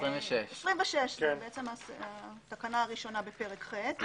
סעיף 26. התקנה הראשונה בפרק ח'.